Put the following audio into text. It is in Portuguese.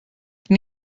que